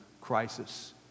crisis